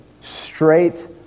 straight